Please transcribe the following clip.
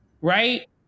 right